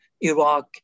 Iraq